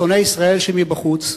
שונאי ישראל שמבחוץ,